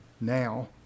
now